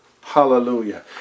Hallelujah